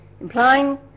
implying